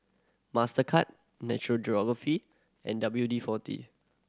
Mastercard National Geographic and W D Forty